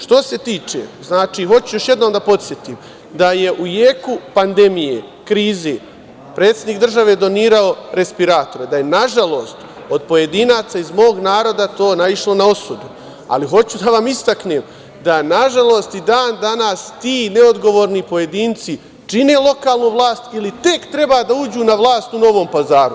Što se tiče, hoću još jednom da podsetim, da je u jeku pandemije, krize, predsednik države donirao respiratore, da je nažalost od pojedinaca iz mog naroda to naišlo na osudu, ali hoću da vam istaknem da, nažalost, i dan danas ti neodgovorni pojedinci čine lokalnu vlast ili tek treba da uđu na vlast u Novom Pazaru.